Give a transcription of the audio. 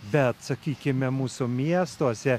bet sakykime mūsų miestuose